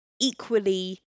equally